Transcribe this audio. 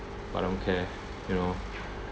but I don't care you know